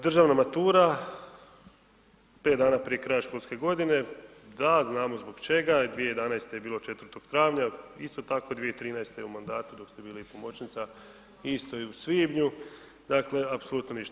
Državna matura, 5 dana prije kraja školske godine, da, znamo zbog čega, 2011. je bilo 4. travnja, isto tako 2013. u mandatu dok ste bili pomoćnica, isto i u svibnju, dakle apsolutno ništa.